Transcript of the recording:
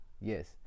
yes